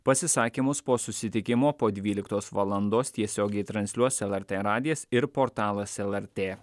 pasisakymus po susitikimo po dvyliktos valandos tiesiogiai transliuos lrt radijas ir portalas lrt